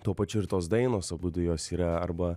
tuo pačiu ir tos dainos abudu jos yra arba